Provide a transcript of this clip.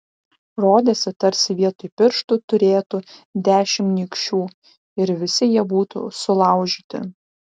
rodėsi tarsi vietoj pirštų turėtų dešimt nykščių ir visi jie būtų sulaužyti